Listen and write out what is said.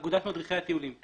אגודת מדריכי הטיולים.